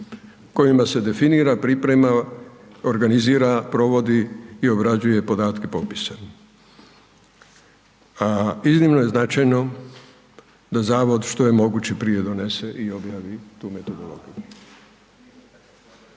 kojima se definira priprema, organizira, provodi i obrađuje podatke popisa. Iznimno je značajno da Zavod što je moguće prije donese i objavi tu metodologiju.